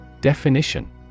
Definition